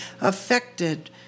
affected